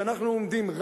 אנחנו עומדים,